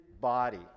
body